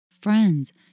Friends